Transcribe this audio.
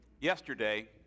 yesterday